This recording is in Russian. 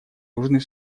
южный